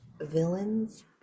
Villains